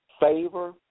favor